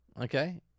Okay